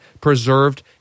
preserved